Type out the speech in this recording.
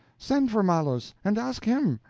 send for malos, and ask him.